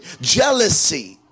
Jealousy